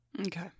Okay